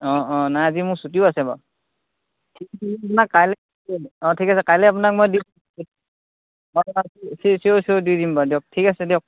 অঁ অঁ নাই আজি মোৰ ছুটিও আছে বাৰু কাইলৈ অঁ ঠিক আছে কাইলৈ আপোনাক মই দি চিঅ'ৰ দি দিম বাৰু দিয়ক ঠিক আছে দিয়ক